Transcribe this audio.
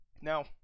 Now